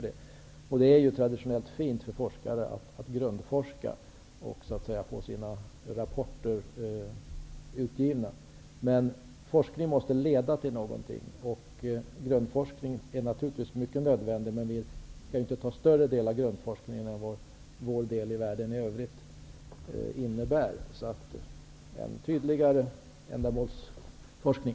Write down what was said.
Det är traditionellt sett fint för forskare att grundforska och få sina rapporter utgivna. Men forskningen måste leda till någonting. Grundforskningen är naturligtvis mycket nödvändig. Men vi skall inte ha större del av grundforskningen än vad vår del i världen i övrigt innebär. Det skall vara en tydligare ändamålsforskning.